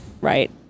Right